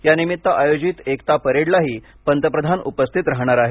या निमित्त आयोजित एकता परेडलाही पंतप्रधान उपस्थित राहणार आहेत